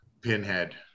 pinhead